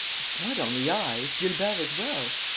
it's not only i, it's gilbert as well.